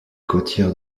côtière